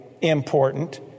Important